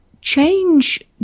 change